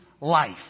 life